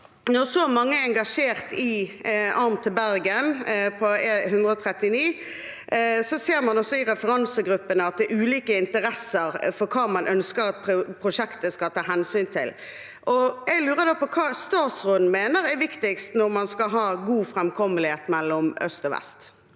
Når så mange er engasjert i arm til Bergen på E134, ser man også i referansegruppene at det er ulike interesser når det gjelder hva man ønsker at prosjektet skal ta hensyn til. Hva mener statsråden er viktigst når man skal ha god framkommelighet mellom øst og vest?